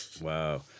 Wow